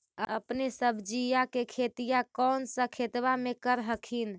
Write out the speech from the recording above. अपने सब्जिया के खेतिया कौन सा खेतबा मे कर हखिन?